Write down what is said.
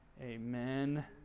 Amen